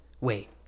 wait